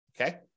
okay